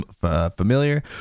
familiar